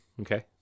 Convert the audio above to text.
Okay